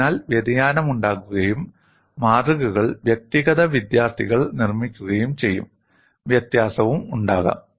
അതിനാൽ വ്യതിയാനമുണ്ടാകുകയും മാതൃകകൾ വ്യക്തിഗത വിദ്യാർത്ഥികൾ നിർമ്മിക്കുകയും ചെയ്യും വ്യത്യാസവും ഉണ്ടാകാം